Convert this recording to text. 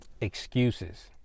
Excuses